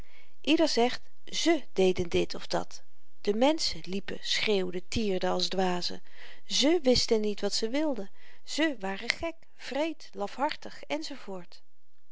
ieder zegt ze deden dit of dat de menschen liepen schreeuwden tierden als dwazen ze wisten niet wat ze wilden ze waren gek wreed lafhartig